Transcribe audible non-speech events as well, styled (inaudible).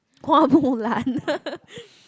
Hua-Mu-Lan (laughs)